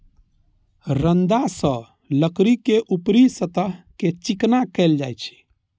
रंदा सं लकड़ी के ऊपरी सतह कें चिकना कैल जाइ छै